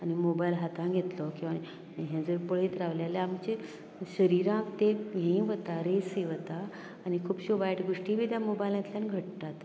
आनी मोबायल हातांत घेतलो किंवां हें जर पळयत रावलें जाल्यार आमचें शरिराक तें हें वता रेसी वता आनी खुबश्यो वायट गोश्टी बी त्या मोबायलांतल्यान घडटात